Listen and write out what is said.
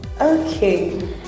Okay